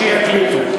שיקליטו.